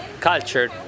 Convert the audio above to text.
culture